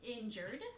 injured